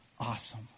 Awesome